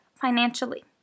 financially